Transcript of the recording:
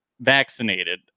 vaccinated